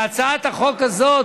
להצעת החוק הזאת